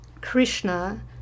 Krishna